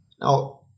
Now